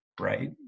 right